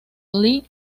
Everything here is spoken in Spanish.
lee